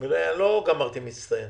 לא גמרתי מצטיין